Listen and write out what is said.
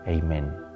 Amen